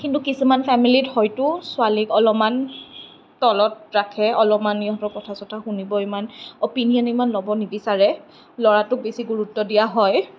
কিন্তু কিছুমান ফেমিলীত হয়তো ছোৱালীক অলপমান তলত ৰাখে অলপমান সিহঁতৰ কথা চথা শুনিব ইমান অপিনিয়ন ইমান ল'ব নিবিচাৰে ল'ৰাটোক বেছি গুৰুত্ব দিয়া হয়